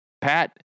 Pat